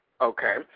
Okay